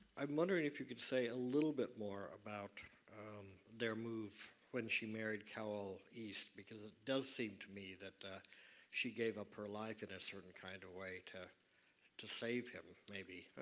i'm wondering if you can say a little bit more about their move when she married cowell, east, because it does seem to me that she gave up her life in a certain kind of way to to save him maybe.